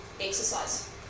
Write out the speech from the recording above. exercise